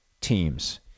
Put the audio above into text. teams